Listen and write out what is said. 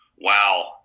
Wow